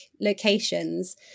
locations